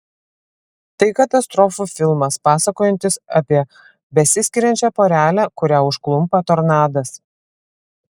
tai katastrofų filmas pasakojantis apie besiskiriančią porelę kurią užklumpa tornadas